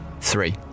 three